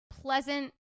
Pleasant